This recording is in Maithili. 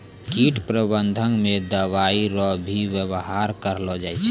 कीट प्रबंधक मे दवाइ रो भी वेवहार करलो जाय छै